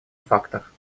фактах